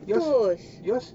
yours yours